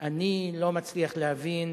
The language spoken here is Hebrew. אני לא מצליח להבין